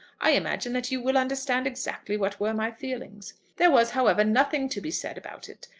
i imagine that you will understand exactly what were my feelings. there was, however, nothing to be said about it.